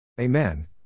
Amen